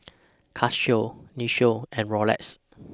Casio Nin Jiom and Roxy